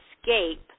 escape